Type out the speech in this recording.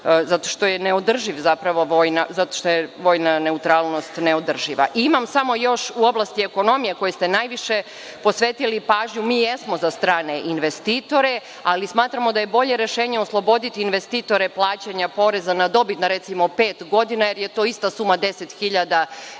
zato što je vojna neutralnost neodrživa. Imam samo još u oblasti ekonomije, kojoj ste najviše posvetili pažnju, mi jesmo za strane investitore, ali smatramo da je bolje rešenje osloboditi investitore plaćanja porez na dobit na, recimo, pet godina, jer je to ista suma 10.000 evra